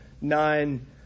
nine